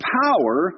power